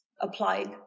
applied